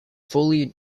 fully